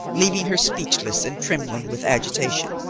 leaving her speechless and trembling with agitation.